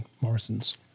Morrison's